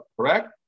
Correct